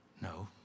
No